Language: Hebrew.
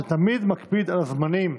שתמיד מקפיד על זמנים.